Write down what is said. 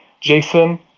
jason